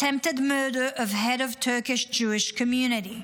attempted murder of head of Turkish Jewish community,